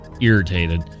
irritated